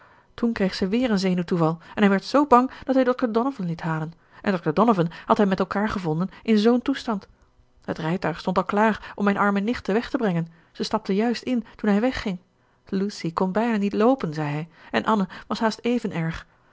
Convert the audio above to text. toen kreeg ze weer een zenuwtoeval en hij werd zoo bang dat hij dr donovan liet halen en dr donovan had hen met elkaar gevonden in z'n toestand het rijtuig stond al klaar om mijn arme nichten weg te brengen ze stapten juist in toen hij wegging lucy kon bijna niet loopen zei hij en anne was haast even erg